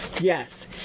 Yes